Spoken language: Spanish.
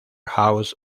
house